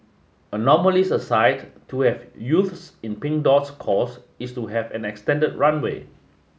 anomalies aside to have youths in Pink Dot's cause is to have an extended runway